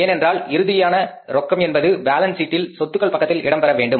ஏனென்றால் இறுதியாக ரொக்கம் என்பது பேலன்ஸ் ஷீட்டில் சொத்துக்கள் பக்கத்தில் இடம் பெற வேண்டும்